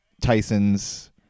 Tyson's